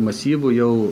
masyvų jau